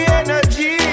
energy